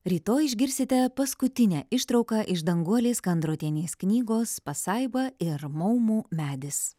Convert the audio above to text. rytoj išgirsite paskutinę ištrauką iš danguolės kandrotienės knygos pasaiba ir maumų medis